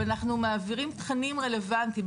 ואנחנו מעבירים תכנים רלבנטיים,